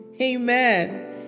Amen